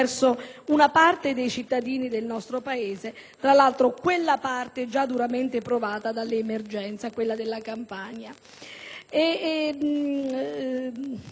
una parte dei cittadini del nostro Paese, tra l'altro quella parte già duramente provata dall'emergenza, ossia i cittadini della Campania.